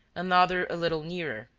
another a little nearer,